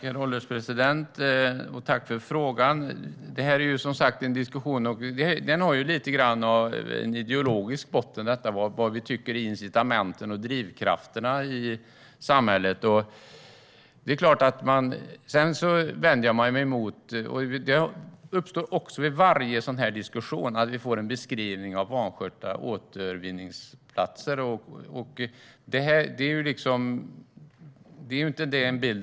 Herr ålderspresident! Tack för frågan! Denna diskussion har en lite ideologisk botten - vad vi tycker är incitament och drivkrafter i samhället. Det jag vänder mig emot är att vi i varje diskussion får en beskrivning av vanskötta återvinningsplatser. Det är inte den bild jag har.